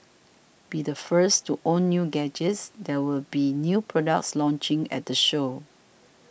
be the first to own new gadgets there will be new products launching at the show